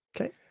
Okay